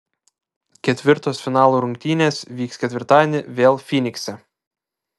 ketvirtos finalo rungtynės vyks ketvirtadienį vėl fynikse